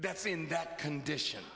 that condition